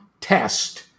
test